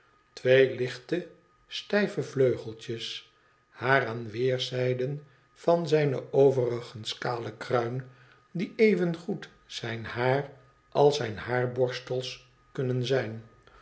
twee lichte stijve vleugeltjes haar aan weerzijden van zijne overigens kale kruin die evengoed zijn haar als zijn haarborstel kunnen zijn